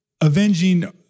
avenging